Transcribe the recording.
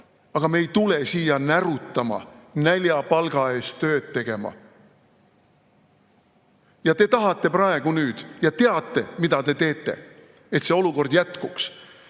Aga me ei tule siia närutama, näljapalga eest tööd tegema." Ja te teate, mida te teete, et see olukord jätkuks.